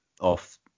off